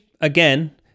again